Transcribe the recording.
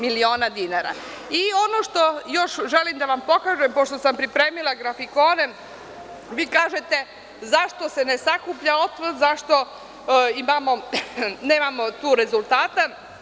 Ono što još želim da vam pokažem, pošto sam pripremila grafikone, vi kažete zašto se ne sakuplja otpad, zašto nemamo tu rezultata?